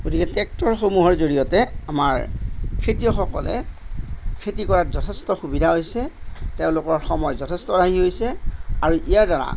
গতিকে ট্ৰেক্টৰসমূহৰ জৰিয়তে আমাৰ খেতিয়কসকলে খেতি কৰাত যথেষ্ট সুবিধা হৈছে তেওঁলোকৰ সময় যথেষ্ট ৰাহি হৈছে আৰু ইয়াৰদ্বাৰা